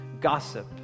gossip